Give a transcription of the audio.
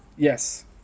yes